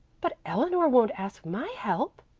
but eleanor won't ask my help,